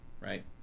Right